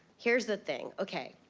here's the thing. okay.